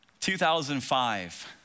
2005